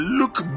look